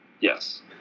Yes